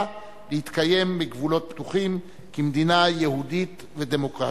להתקיים בגבולות פתוחים כמדינה יהודית ודמוקרטית.